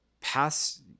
past